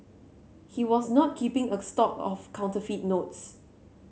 he was not keeping a stock of counterfeit notes